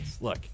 Look